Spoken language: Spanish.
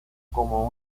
como